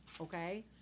Okay